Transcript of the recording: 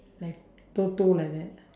like toto like that